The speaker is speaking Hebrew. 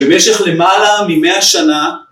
במשך למעלה ממאה שנה